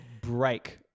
break